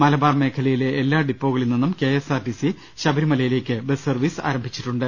മലബാർ മേഖലയിലെ എല്ലാ ഡിപ്പോകളിൽ നിന്നും K S R T C ശബരിമലയിലേക്ക് ബസ് സർവീസ് ആരംഭിച്ചിട്ടുണ്ട്